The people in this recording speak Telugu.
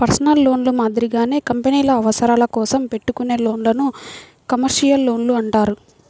పర్సనల్ లోన్లు మాదిరిగానే కంపెనీల అవసరాల కోసం పెట్టుకునే లోన్లను కమర్షియల్ లోన్లు అంటారు